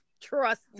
trust